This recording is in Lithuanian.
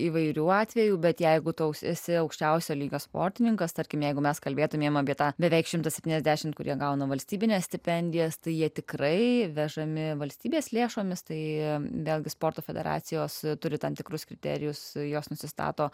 įvairių atvejų bet jeigu toks esi aukščiausio lygio sportininkas tarkim jeigu mes kalbėtumėm apie tą beveik šimtas septyniasdešimt kurie gauna valstybines stipendijas tai jie tikrai vežami valstybės lėšomis tai vėlgi sporto federacijos turi tam tikrus kriterijus jos nusistato